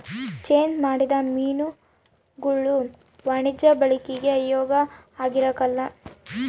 change ಮಾಡಿದ ಮೀನುಗುಳು ವಾಣಿಜ್ಯ ಬಳಿಕೆಗೆ ಯೋಗ್ಯ ಆಗಿರಕಲ್ಲ